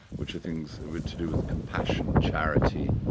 which are things really to do with compassion, charity,